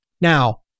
Now